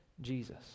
Jesus